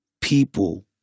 people